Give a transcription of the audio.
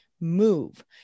move